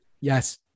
Yes